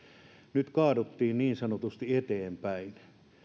nyt kaaduttiin niin sanotusti eteenpäin